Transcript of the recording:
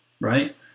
right